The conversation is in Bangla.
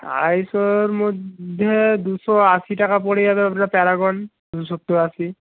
আড়াইশোর মধ্যে দুশো আশি টাকা পড়ে যাবে আপনার প্যারাগন দুশো সত্তর আশি